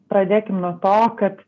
pradėkim nuo to kad